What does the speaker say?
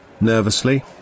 Nervously